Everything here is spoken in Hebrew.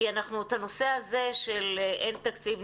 כי הנושא הזה של אין תקציב,